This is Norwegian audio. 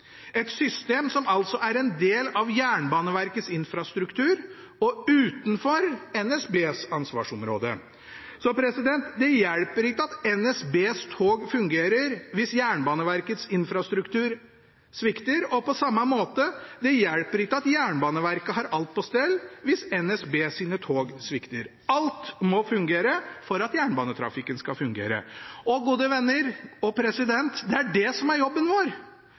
et system som altså er en del av Jernbaneverkets infrastruktur og utenfor NSBs ansvarsområde. Det hjelper ikke at NSBs tog fungerer hvis Jernbaneverkets infrastruktur svikter. Og på samme måte: Det hjelper ikke at Jernbaneverket har alt på stell hvis NSBs tog svikter. Alt må fungere for at jernbanetrafikken skal fungere. Og gode venner og president: Det er det som er jobben vår